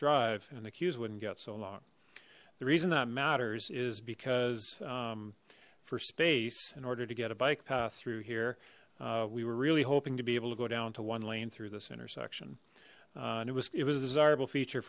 drive and the queues wouldn't get so long the reason that matters is because for space in order to get a bike path through here we were really hoping to be able to go down to one lane through this intersection and it was it was a desirable feature